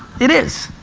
it is.